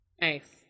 nice